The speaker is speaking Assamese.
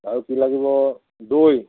আৰু কি লাগিব দৈ